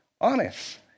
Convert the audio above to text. honest